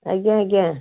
ଆଜ୍ଞା ଆଜ୍ଞା